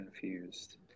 confused